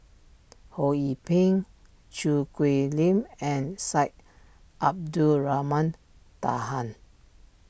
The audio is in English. Ho Yee Ping Choo Hwee Lim and Syed Abdulrahman Taha